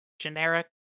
generic